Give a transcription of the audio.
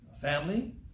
family